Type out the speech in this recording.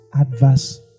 Adverse